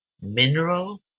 mineral